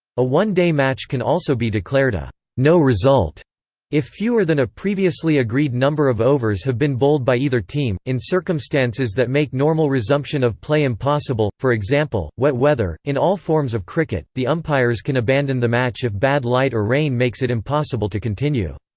a one-day match can also be declared a no-result if fewer than a previously agreed number of overs have been bowled by either team, in circumstances that make normal resumption of play impossible for example, wet weather in all forms of cricket, the umpires can abandon the match if bad light or rain makes it impossible to continue.